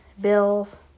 bills